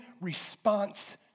response